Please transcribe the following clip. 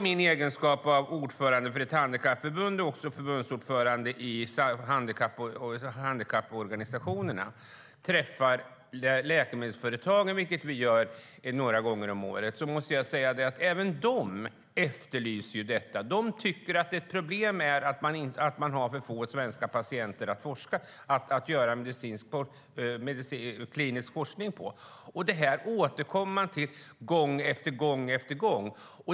I min egenskap av ordförande för ett handikappförbund och också förbundsordförande i handikapporganisationerna träffar jag läkemedelsföretagen några gånger om året. Även de efterlyser detta. De tycker att ett problem är att man har för få svenska patienter att bedriva kliniskt forskning på. Detta återkommer man till gång på gång.